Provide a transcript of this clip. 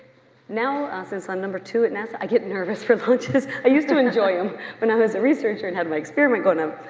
now, since i'm number two at nasa, i get nervous for launches, i used to enjoy them when i was researcher and had my experiment going on,